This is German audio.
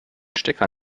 stecker